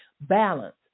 balance